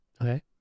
Okay